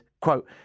quote